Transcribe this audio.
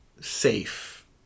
safe